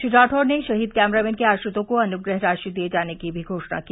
श्री राठौड ने शहीद कैमरामैन के आश्रितों को अनुग्रह राशि दिए जाने की भी घोषणा की